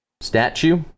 Statue